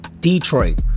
detroit